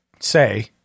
say